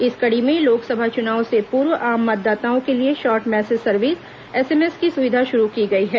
इस कड़ी में लोकसभा चुनाव से पूर्व आम मतदाताओं के लिए शार्ट मैसेज सर्विस एसएमएस की सुविधा शुरू की गई है